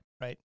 right